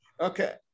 Okay